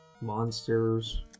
monsters